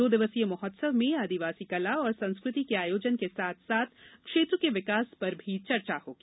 दो दिवसीय महोत्सव में आदिवासी कला और संस्कृति के आयोजन के साथ साथ क्षेत्र के विकास पर भी चर्चा होगी